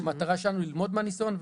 המטרה שלנו היא ללמוד מהניסיון,